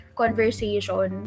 conversation